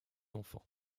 enfants